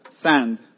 Sand